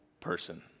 person